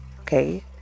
okay